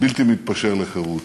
בלתי מתפשר לחירות.